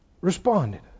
responded